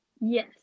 yes